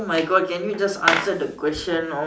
oh my God can you just answer the question oh